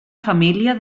família